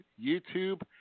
YouTube